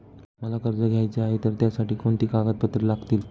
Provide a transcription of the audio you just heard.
मला कर्ज घ्यायचे आहे तर त्यासाठी कोणती कागदपत्रे लागतील?